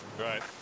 Right